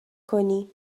کنی